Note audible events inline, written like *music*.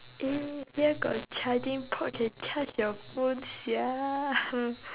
eh here got charging port can charge your phone sia *laughs*